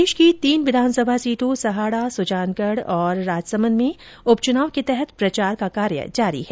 प्रदेश की तीन विधानसभा सीटों सहाड़ा सुजानगढ़ और राजसमदं में उप चुनाव के तहत प्रचार जारी है